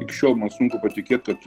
iki šiol man sunku patikėt kad